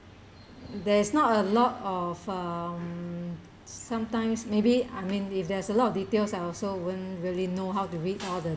there is not a lot of um sometimes maybe I mean if there's a lot of details I also won't really know how to read all the